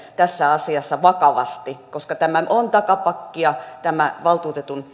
tässä asiassa vakavasti koska tämä on takapakkia tämä valtuutetun